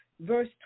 Verse